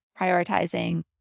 prioritizing